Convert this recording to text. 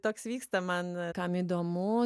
toks vyksta man kam įdomu